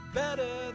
better